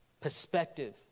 perspective